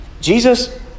Jesus